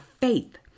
faith